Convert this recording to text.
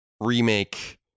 remake